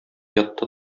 ятты